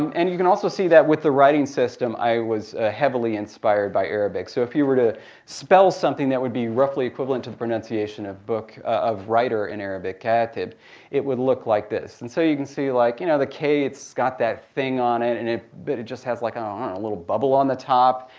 um and you can also see that with the writing system, i was heavily inspired by arabic. so if you were to spell something that would be roughly equivalent to the pronunciation of writer in arabic, kaatib, it would look like this. and so you can see like you know the k, it's got that thing on it. and it but it just has like um a little bubble on the top.